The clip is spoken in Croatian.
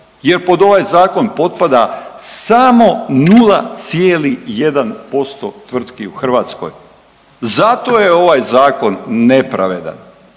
jer pod ovaj zakon potpada samo 0,1% tvrtki u Hrvatskoj. Zato je ovaj zakon nepravedan